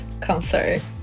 concert